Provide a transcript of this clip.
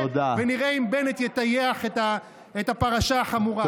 ונראה אם בנט יטייח את הפרשה החמורה הזאת.